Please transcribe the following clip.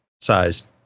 size